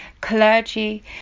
clergy